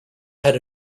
had